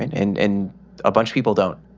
and and and a bunch people don't.